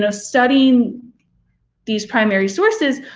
ah studying these primary sources,